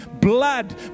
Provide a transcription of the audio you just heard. blood